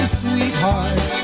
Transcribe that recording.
sweetheart